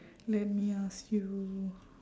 let me ask you